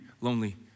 lonely